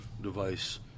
device